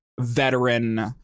veteran